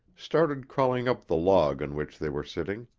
started crawling up the log on which they were sitting.